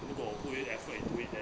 如果我 put in effort into it then